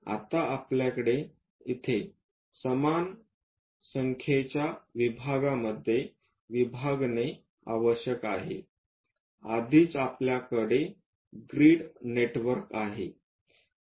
आता आपल्याला इथे समान संख्येच्या विभागामध्ये विभागणे आवश्यक आहे आधीच आपल्याकडे ग्रीड नेटवर्क आहे